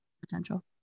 potential